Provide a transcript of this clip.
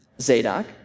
Zadok